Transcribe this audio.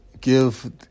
give